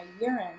urine